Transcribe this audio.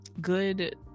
good